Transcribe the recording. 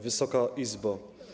Wysoka Izbo!